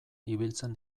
ibiltzen